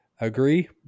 agree